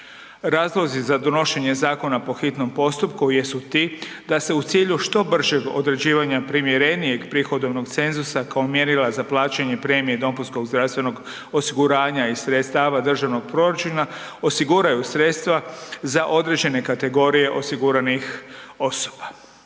Razlozi za donošenje zakona po hitnom postupku jesu ti da se u cilju što bržeg određivanja primjerenijeg prihodovnog cenzusa kao mjerila za plaćanje premije dopunskog zdravstvenog osiguranja iz sredstava državnog proračuna osiguraju sredstva za određene kategorije osiguranih osoba.